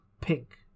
pink